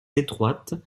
étroites